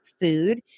food